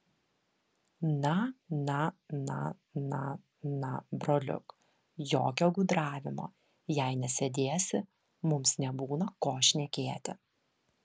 na na na na na broliuk jokio gudravimo jei nesėdėsi mums nebūna ko šnekėti